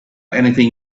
anything